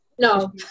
No